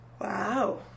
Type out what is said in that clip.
Wow